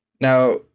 Now